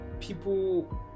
people